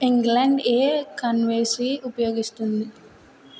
England ఏ కరెన్సీని ఉపయోగిస్తుంది